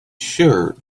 sure